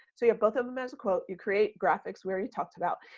so you have both of them as a quote. you create graphics where he talks about,